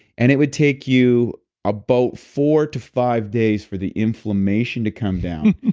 and it would take you a boat four to five days for the inflammation to come down.